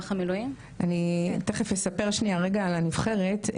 אני תיכף אספר שנייה רגע על הנבחרת,